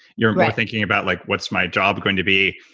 you're thinking about like, what's my job going to be.